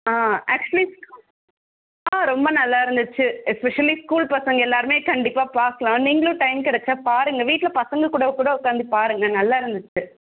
ஆ actually uh ரொம்ப நல்லா இருந்துச்சு எஸ்பெஷலி ஸ்கூல் பசங்க எல்லாருமே கண்டிப்பாக பார்க்கலாம் நீங்களும் டைம் கிடச்சா பாருங்கள் வீட்டில் பசங்க கூட கூட உட்காந்து பாருங்கள் நல்லா இருந்துச்சு